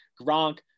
Gronk